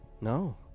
No